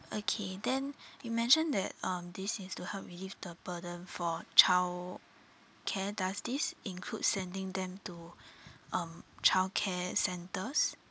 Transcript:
okay then you mentioned that um this is to help relieve the burden for childcare does this include sending them to um childcare centres